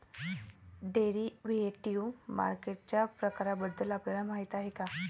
Derivative मार्केटच्या प्रकारांबद्दल आपल्याला माहिती आहे का?